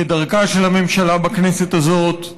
כדרכה של הממשלה בכנסת הזאת,